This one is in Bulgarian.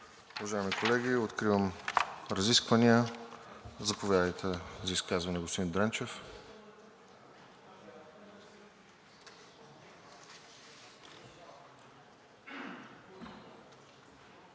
Уважаеми колеги, откривам разискванията. Заповядайте за изказване, господин Дренчев.